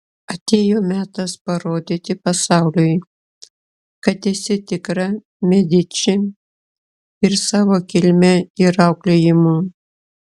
atėjo metas parodyti pasauliui kad esi tikra mediči ir savo kilme ir auklėjimu